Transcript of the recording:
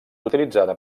utilitzada